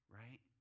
right